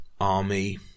army